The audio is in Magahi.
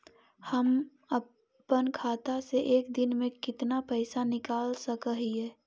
हम अपन खाता से एक दिन में कितना पैसा निकाल सक हिय?